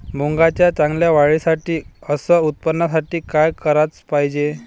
मुंगाच्या चांगल्या वाढीसाठी अस उत्पन्नासाठी का कराच पायजे?